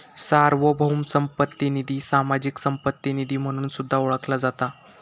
सार्वभौम संपत्ती निधी, सामाजिक संपत्ती निधी म्हणून सुद्धा ओळखला जाता